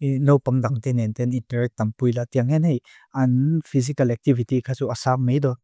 Nopam tam tenen ten. Interact tam pui la. Tiangen hei. An physical activity kasu asam meido.